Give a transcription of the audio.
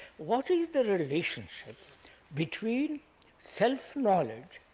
what is the relationship between self-knowledge